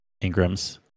ingrams